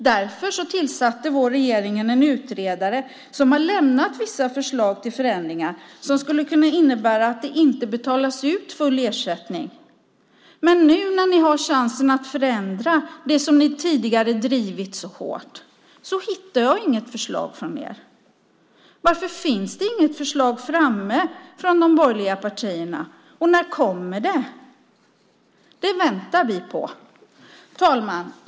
Därför tillsatte vår regering en utredare som har lämnat vissa förslag till förändringar som skulle innebära att det inte betalas ut full ersättning. Men nu när ni har chansen att förändra det som ni tidigare drivit så hårt hittar jag inget förslag från er. Varför finns det inte något förslag från de borgerliga partierna? När kommer det? Det väntar vi på. Fru talman!